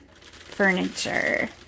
furniture